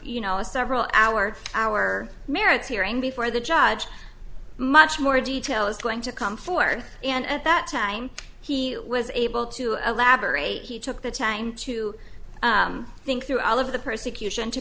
you know a several hour hour merits hearing before the judge much more detail is going to come forth and at that time he was able to elaborate he took the time to think through all of the persecution to